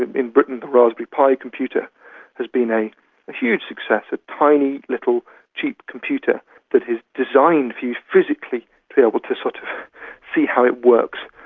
in britain the raspberry pi computer has been a a huge success, a tiny little cheap computer that is designed for you physically to be able to sort of see how it works,